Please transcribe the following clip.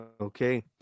Okay